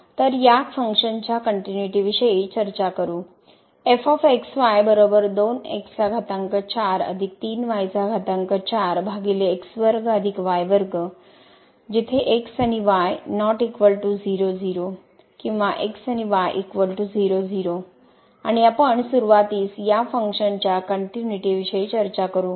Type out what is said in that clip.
तर या कार्याच्या कनट्युनिटी विषयी चर्चा करू आणि आपण सुरूवातीस या फंक्शनच्या कनट्युनिटी विषयी चर्चा करू